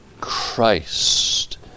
Christ